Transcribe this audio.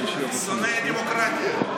הוא שונא דמוקרטיה.